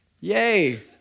Yay